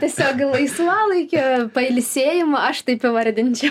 tiesiog laisvalaikio pailsėjimą aš taip įvardinčiau